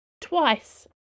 twice